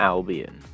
Albion